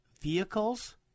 vehicles